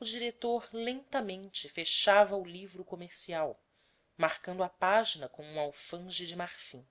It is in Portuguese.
o diretor lentamente fechava o livro marcando a página com um alfanje de marfim